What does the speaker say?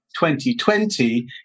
2020